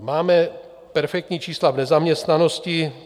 Máme perfektní čísla v nezaměstnanosti.